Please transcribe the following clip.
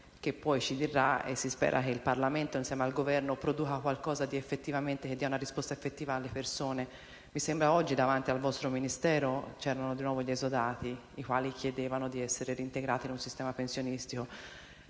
che poi ci dirà, e si spera che il Parlamento, insieme al Governo, produca qualcosa che dia una risposta effettiva alle persone. Mi sembra che oggi davanti al vostro Ministero c'erano di nuovo gli esodati che chiedevano di essere reintegrati in un sistema pensionistico.